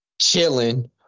Chilling